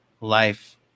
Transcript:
life